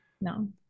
No